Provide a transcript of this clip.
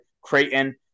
Creighton